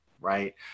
right